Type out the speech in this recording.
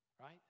right